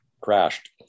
crashed